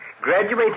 graduated